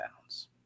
bounds